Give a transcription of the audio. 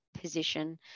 position